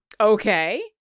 Okay